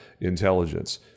intelligence